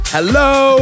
Hello